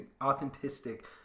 authentic